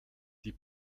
die